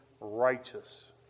Righteous